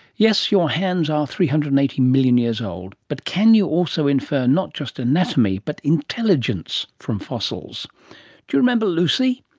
yes, your hands are three hundred and eighty million years old, but can you also infer not just anatomy but intelligence from fossils? do you remember lucy?